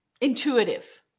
Intuitive